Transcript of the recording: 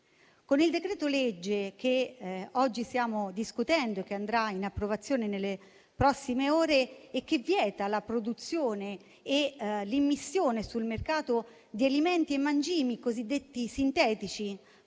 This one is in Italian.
Il disegno di legge che oggi stiamo discutendo e che andrà in approvazione nelle prossime ore vieta la produzione e l'immissione sul mercato di alimenti e mangimi cosiddetti sintetici,